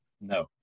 No